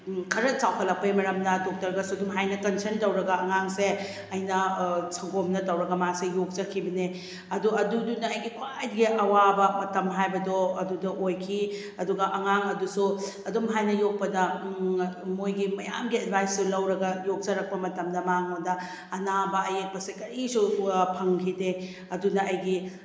ꯈꯔ ꯆꯥꯎꯈꯠꯂꯛꯄꯩ ꯃꯔꯝꯅ ꯗꯣꯛꯇꯔꯒꯁꯨ ꯑꯗꯨꯝꯍꯥꯏꯅ ꯀꯟꯁꯔꯟ ꯇꯧꯔꯒ ꯑꯉꯥꯡꯁꯦ ꯑꯩꯅ ꯁꯪꯒꯣꯝꯅ ꯇꯧꯔꯒ ꯃꯥꯁꯦ ꯌꯣꯛꯆꯈꯤꯕꯅꯦ ꯑꯗꯨ ꯑꯗꯨꯗꯨꯅ ꯑꯩꯒꯤ ꯈ꯭ꯋꯥꯏꯗꯒꯤ ꯑꯋꯥꯕ ꯃꯇꯝ ꯍꯥꯏꯕꯗꯣ ꯑꯗꯨꯗ ꯑꯣꯏꯈꯤ ꯑꯗꯨꯒ ꯑꯉꯥꯡ ꯑꯗꯨꯁꯨ ꯑꯗꯨꯝ ꯍꯥꯏꯅ ꯌꯣꯛꯄꯗ ꯃꯣꯏꯒꯤ ꯃꯌꯥꯝꯒꯤ ꯑꯦꯗꯚꯥꯏꯁꯁꯨ ꯂꯧꯔꯒ ꯌꯣꯛꯆꯔꯛꯄ ꯃꯇꯝꯗ ꯃꯥꯉꯣꯟꯗ ꯑꯅꯥꯕ ꯑꯌꯦꯛꯄꯁꯦ ꯀꯔꯤꯁꯨ ꯐꯪꯈꯤꯗꯦ ꯑꯗꯨꯅ ꯑꯩꯒꯤ